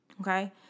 Okay